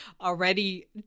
already